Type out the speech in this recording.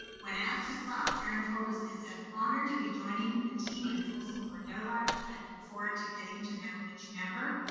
when asked his thoughts, aaron told us, it's an honor to be joining the team in folsom cordova, i look forward to getting to know each member.